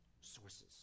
sources